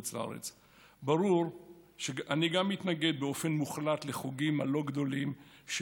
ברור שאני גם מתנגד באופן מוחלט לחוגים הלא-גדולים של